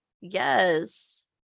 yes